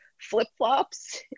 flip-flops